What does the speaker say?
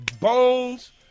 Bones